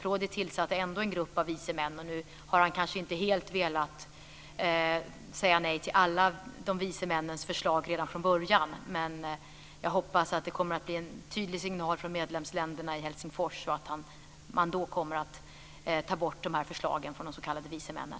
Rådet tillsatte ändå en grupp av vise män, och nu har man kanske inte helt velat säga nej till alla de vise männens förslag redan från början. Men jag hoppas att det kommer att bli en tydlig signal från medlemsländerna i Helsingfors så att man då kommer att ta bort de här förslagen från de s.k. vise männen.